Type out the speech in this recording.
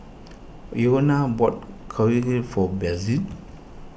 Rhona bought Korokke for Bethzy